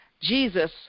Jesus